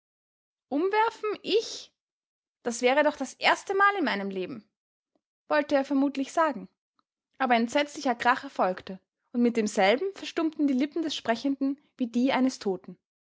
umwerfen ich i das wäre doch das erste mal in meinem leben wollte er vermutlich sagen aber ein entsetzlicher krach erfolgte und mit demselben verstummten die lippen des sprechenden wie die eines toten